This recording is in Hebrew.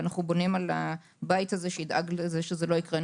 ואנו בונים על הבית הזה שידאג שזה לא יקרה.